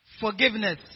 Forgiveness